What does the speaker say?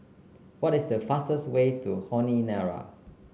what is the fastest way to Honiara